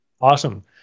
Awesome